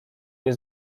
nie